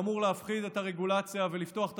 שאמור להפחית את הרגולציה ולפתוח את